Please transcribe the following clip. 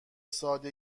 ساده